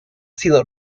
sido